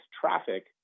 traffic